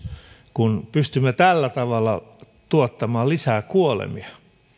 kun pystymme tällä tavalla tuottamaan lisää kuolemia